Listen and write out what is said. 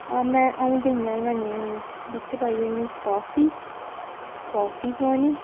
में अ'ऊं ते इ'यां बनानी होन्नी बिच्च पाई ओह् काफी काफी पोआनी